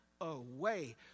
Away